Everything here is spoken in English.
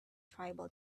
tribal